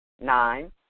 Nine